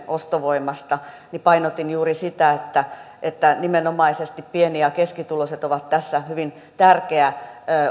ostovoimasta painotin juuri sitä että että nimenomaisesti pieni ja keskituloiset ovat tässä hyvin tärkeä